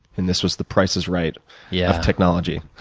and this was the price is right yeah of technology.